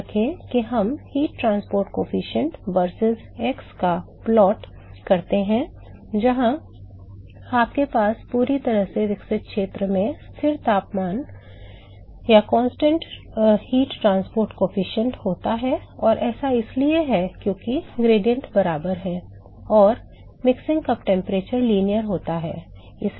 याद रखें कि हम ऊष्मा परिवहन गुणांक versus x का यह प्लॉट करते हैं जहां आपके पास पूरी तरह से विकसित क्षेत्र में स्थिर ताप परिवहन गुणांक होता है और ऐसा इसलिए होता है क्योंकि ग्रेडियेंट बराबर होते हैं और मिश्रण कप तापमान रैखिक होता है